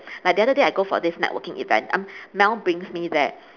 like the other day I go for this networking event um mel brings me there